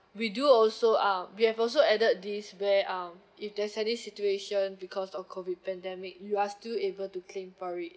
we do also uh we have also added this where um if there's any situation because of COVID pandemic you are still able to claim for it